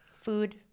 Food